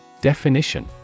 Definition